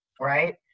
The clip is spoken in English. right